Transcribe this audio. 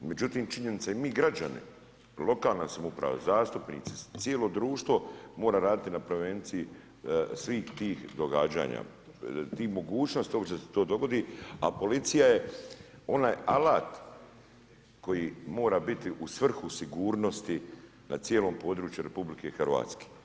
Međutim, činjenica je mi građane lokalna samouprava, zastupnici, cijelo društvo mora raditi na prevenciji svih tih događanja, tih mogućnosti uopće da se to dogodi a policija je onaj alat koji mora biti u svrhu sigurnosti na cijelom području Republike Hrvatske.